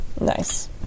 Nice